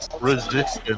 resistance